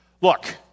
look